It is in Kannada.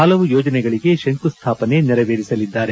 ಹಲವು ಯೋಜನೆಗಳಿಗೆ ಶಂಕುಸ್ಥಾಪನೆ ನೆರವೇರಿಸಲಿದ್ದಾರೆ